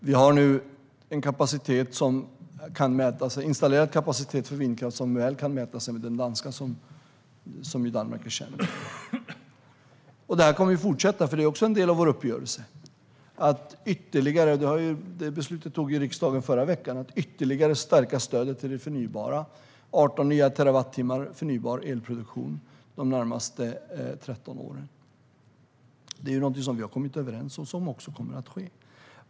Vi har nu en installerad kapacitet för vindkraft som väl kan mäta sig med den danska, som Danmark ju är känt för. Detta kommer att fortsätta, för det är också en del av vår uppgörelse. Riksdagen beslutade förra veckan att ytterligare stärka stödet till det förnybara. Det blir 18 nya terawattimmar förnybar elproduktion de närmaste 13 åren. Detta är något som vi har kommit överens om och som också kommer att ske.